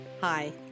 Hi